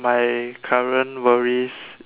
my current worries